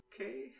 okay